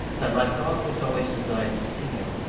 that my father has always desired to see him,